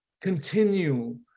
continue